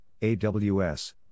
AWS